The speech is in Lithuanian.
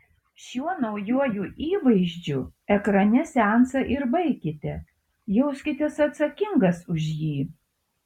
šiuo naujuoju įvaizdžiu ekrane seansą ir baikite jauskitės atsakingas už jį